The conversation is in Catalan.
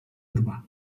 urbà